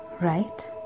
right